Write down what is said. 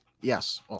Yes